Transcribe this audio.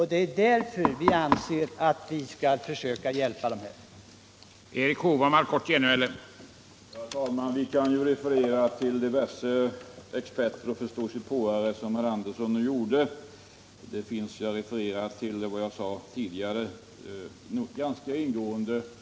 Det är därför vi anser att vi bör försöka hjälpa de här spelarna att sluta spela.